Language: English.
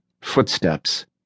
footsteps